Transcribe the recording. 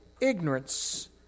ignorance